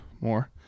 more